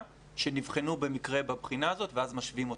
שנבחנו במקרה בבחינה הזאת ואז משווים אותם,